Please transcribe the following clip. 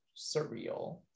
surreal